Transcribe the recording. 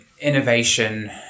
innovation